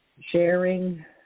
sharing